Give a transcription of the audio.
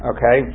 Okay